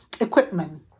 equipment